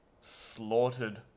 slaughtered